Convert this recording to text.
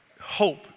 hope